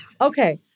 Okay